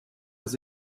aux